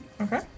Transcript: Okay